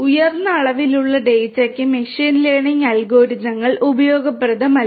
ഉയർന്ന അളവിലുള്ള ഡാറ്റയ്ക്ക് മെഷീൻ ലേണിംഗ് അൽഗോരിതങ്ങൾ ഉപയോഗപ്രദമല്ല